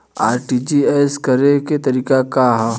RTGS करे के तरीका का हैं?